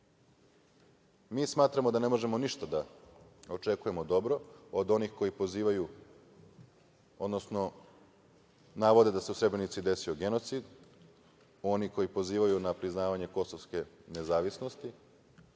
smatramo da ne možemo ništa da očekujemo dobro od onih koji pozivaju, odnosno navode da se u Srebrenici desio genocid, oni koji pozivaju na priznavanje kosovske nezavisnosti,